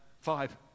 Five